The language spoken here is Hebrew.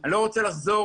אני מצטרף